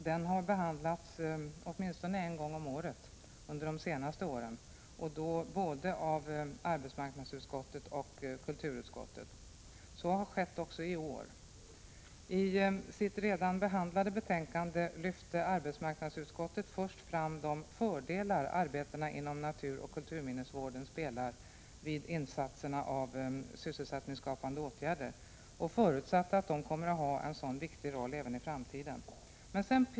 Den har tvärtom behandlats en gång om året under de senaste åren, både av arbetsmarknadsutskottet och av kulturutskottet. Så har varit fallet även i år. I sitt redan behandlade betänkande lyfte arbetsmarknadsutskottet först fram de fördelar arbeten inom naturoch kulturminnesvården ger vid insatser av sysselsättningsskapande åtgärder och förutsätter att de kommer att spela en sådan viktig roll även i framtiden.